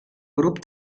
grup